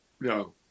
No